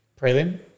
prelim